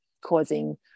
causing